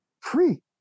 Free